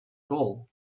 gull